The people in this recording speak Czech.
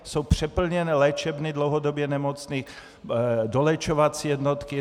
Jsou přeplněné léčebny dlouhodobě nemocných, doléčovací jednotky.